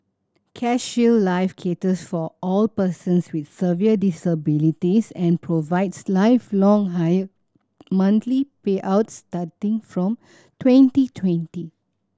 CareShield Life caters for all persons with severe disabilities and provides lifelong higher monthly payouts starting from twenty twenty